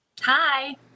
Hi